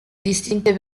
distinte